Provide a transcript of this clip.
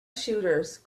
shooters